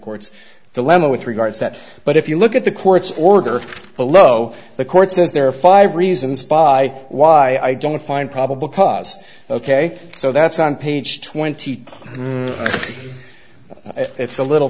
court's dilemma with regard to that but if you look at the court's order below the court says there are five reasons why i don't find probable cause ok so that's on page twenty it's a little